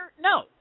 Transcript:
No